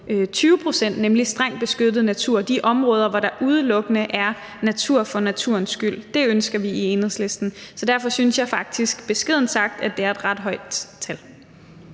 20 pct. er nemlig strengt beskyttet natur, de områder, hvor der udelukkende er natur for naturens skyld. Det ønsker vi i Enhedslisten. Så derfor syntes jeg faktisk, beskedent sagt, at det er et ret højt tal.